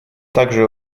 также